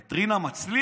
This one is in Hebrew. את רינה מצליח?